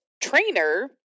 trainer